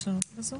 רבה.